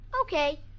Okay